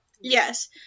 yes